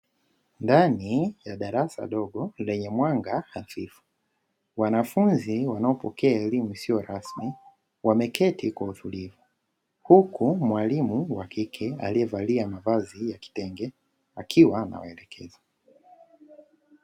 Ndani ya darasa dogo lenye mwanga hafifu, wanafunzi wanaopokea elimu isiyo rasmi wameketi kwa utulivu huku mwalimu wa kike aliyevalia mavazi ya kitenge akiwa anawaelekeza.